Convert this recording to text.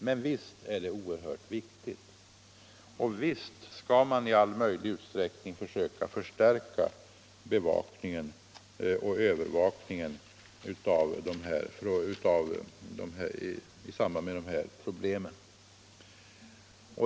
Men visst är det oerhört viktigt och 187 visst skall man i all möjlig utsträckning försöka förstärka bevakningen och övervakningen i samband med de här problemen.